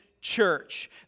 church